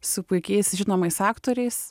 su puikiais žinomais aktoriais